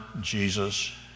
Jesus